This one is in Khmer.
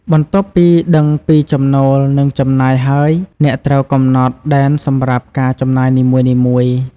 បន្ទាប់ពីដឹងពីចំណូល និងចំណាយហើយ អ្នកត្រូវកំណត់ដែនសម្រាប់ការចំណាយនីមួយៗ។